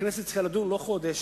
הכנסת צריכה לדון לא חודש,